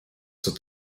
zur